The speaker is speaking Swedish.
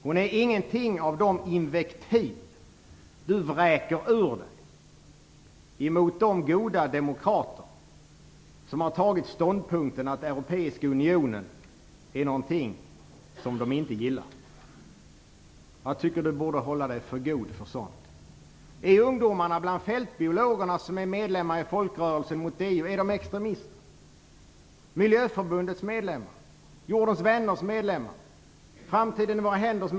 Hon är inget av de invektiv som Carl Bildt vräker ur sig mot de goda demokrater som har tagit ståndpunkten att Europeiska unionen är någonting som de inte gillar. Jag tycker att Carl Bildt borde hålla sig för god för sådant. Är ungdomarna bland fältbiologerna, som är medlemmar i Folkrörelsen mot EU, extremister?